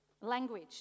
language